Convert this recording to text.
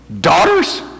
daughters